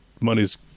money's